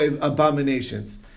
abominations